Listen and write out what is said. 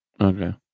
okay